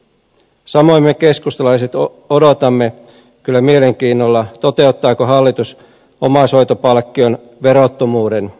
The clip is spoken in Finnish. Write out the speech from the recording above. samoin me keskustalaiset odotamme kyllä mielenkiinnolla toteuttaako hallitus omaishoitopalkkion verottomuuden